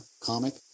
comic